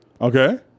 Okay